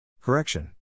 Correction